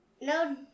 No